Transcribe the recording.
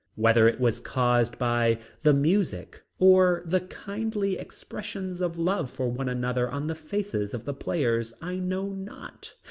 whether it was caused by the music or the kindly expressions of love for one another on the faces of the players i know not,